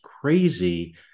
crazy